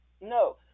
No